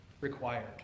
required